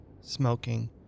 smoking